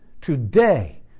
today